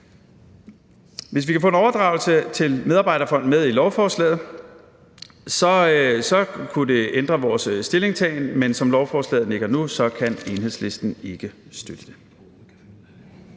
Hvis vi kan få en overdragelse til en medarbejderfond med i lovforslaget, kunne det ændre vores stillingtagen, men som lovforslaget ligger nu, kan Enhedslisten ikke støtte det.